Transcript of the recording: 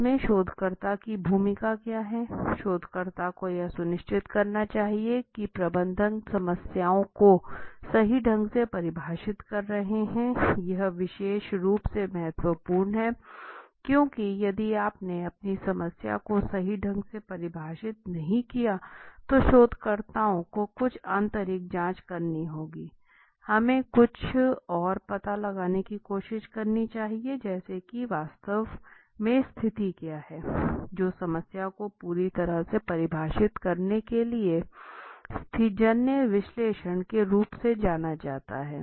इसमे शोधकर्ता की भूमिका क्या हैशोधकर्ता को यह सुनिश्चित करना चाहिए कि प्रबंधक समस्याओं को सही ढंग से परिभाषित कर रहे हैं यह विशेष रूप से महत्वपूर्ण है क्योंकि यदि आपने अपनी समस्या को सही ढंग से परिभाषित नहीं किया तो शोधकर्ताओं को कुछ अतिरिक्त जांच करनी चाहिए हमें कुछ और पता लगाने की कोशिश करनी चाहिए जैसे कि वास्तव में स्थिति क्या है जो समस्या को पूरी तरह से परिभाषित करने के लिए स्थितिजन्य विश्लेषण के रूप में जाना जाता है